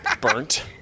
Burnt